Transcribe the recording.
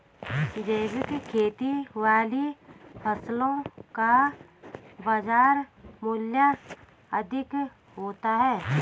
जैविक खेती वाली फसलों का बाजार मूल्य अधिक होता है